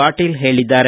ಪಾಟೀಲ ಹೇಳಿದ್ದಾರೆ